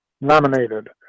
nominated